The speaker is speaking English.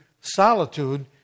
solitude